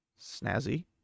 Snazzy